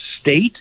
state